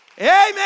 Amen